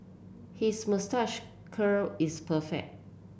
his moustache curl is perfect